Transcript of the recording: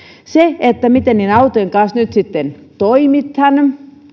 siitä miten autojen kanssa nyt sitten toimitaan